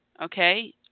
okay